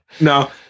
No